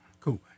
Cool